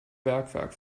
bergwerk